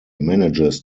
manages